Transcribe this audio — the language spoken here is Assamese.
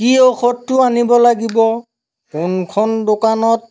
কি ঔষধটো আনিব লাগিব কোনখন দোকানত